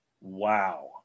Wow